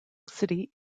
city